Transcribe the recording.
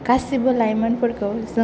गासिबो लाइमोनफोरखौ